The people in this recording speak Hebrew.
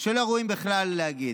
שלא ראוי בכלל להגיד.